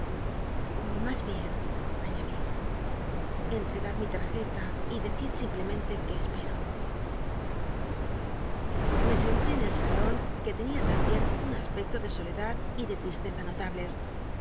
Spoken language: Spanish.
mas bien añadí cnlrcgacl mi tarjeta y decid simplemente que espero juc tenia lambicn un as me senté en el salon c pcclo de soledad y de tristeza notables